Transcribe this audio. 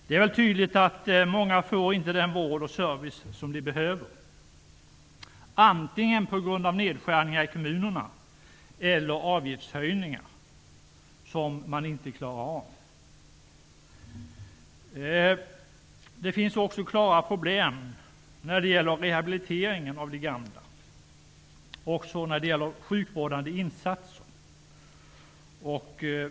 Det är tydligt att många inte får den vård och service som de behöver, antingen på grund av nedskärningar i kommunerna eller på grund av avgiftshöjningar som man inte klarar av. Det finns också klara problem när det gäller rehabiliteringen av de gamla och även när det gäller sjukvårdande insatser.